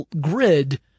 grid